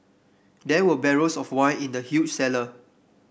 there were barrels of wine in the huge cellar